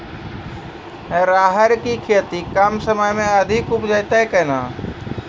राहर की खेती कम समय मे अधिक उपजे तय केना?